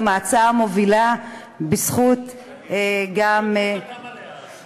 ההצעה המובילה בזכות גם --- ומי חתם עליה אז?